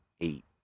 eight